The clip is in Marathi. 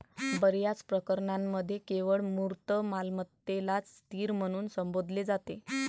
बर्याच प्रकरणांमध्ये केवळ मूर्त मालमत्तेलाच स्थिर म्हणून संबोधले जाते